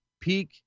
Peak